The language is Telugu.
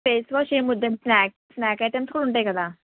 ఫేస్ వాష్ ఏం వద్దండి స్నాక్ స్నాక్ ఐటమ్స్ కూడా ఉంటాయి కదా